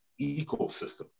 ecosystem